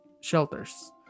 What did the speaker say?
shelters